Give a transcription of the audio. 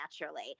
naturally